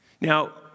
Now